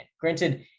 granted